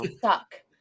suck